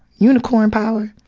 unicorn power.